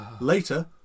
Later